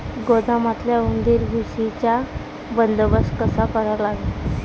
गोदामातल्या उंदीर, घुशीचा बंदोबस्त कसा करा लागन?